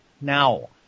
now